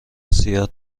سیاه